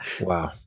Wow